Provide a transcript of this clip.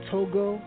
Togo